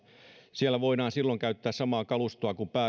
siellä voidaan silloin käyttää samaa kalustoa kuin